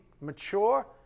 mature